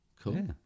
Cool